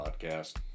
Podcast